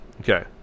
Okay